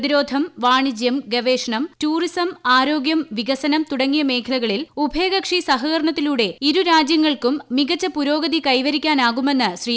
പ്രതിരോധം വാണിജ്യം ഗവേഷണം ടൂറിസം ആരോഗ്യം വികസനം തുടങ്ങിയ മേഖലകളിൽ ഉഭയകക്ഷി സഹകരണത്തിലൂടെ ഇരു രാജ്യങ്ങൾക്കും മികച്ച പുരോഗതി കൈവരിക്കാനാകുമെന്ന് ശ്രീ